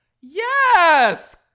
yes